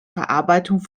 verarbeitung